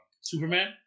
Superman